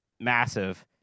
massive